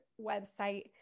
website